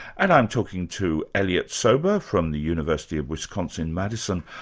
and i'm talking to elliot sober from the university of wisconsin, madison,